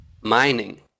mining